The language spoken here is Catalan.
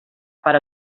per